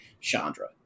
Chandra